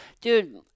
dude